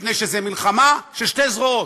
מפני שזאת מלחמה של שתי זרועות: